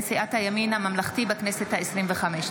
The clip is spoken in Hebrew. סיעת הימין הממלכתי בכנסת העשרים-וחמש.